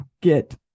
get